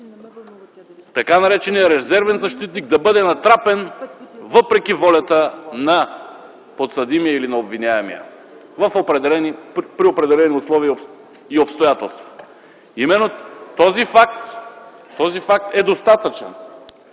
така нареченият резервен защитник да бъде натрапен въпреки волята на подсъдимия или на обвиняемия при определени условия и обстоятелства. Именно този факт е достатъчен